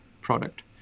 product